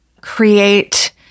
create